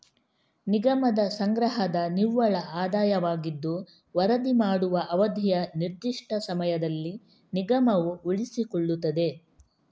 ನಿಗಮದ ಸಂಗ್ರಹದ ನಿವ್ವಳ ಆದಾಯವಾಗಿದ್ದು ವರದಿ ಮಾಡುವ ಅವಧಿಯ ನಿರ್ದಿಷ್ಟ ಸಮಯದಲ್ಲಿ ನಿಗಮವು ಉಳಿಸಿಕೊಳ್ಳುತ್ತದೆ